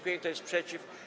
Kto jest przeciw?